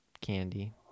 Candy